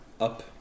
up